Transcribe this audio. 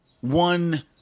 one